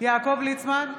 יעקב ליצמן,